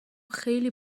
خیلی